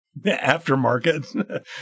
aftermarket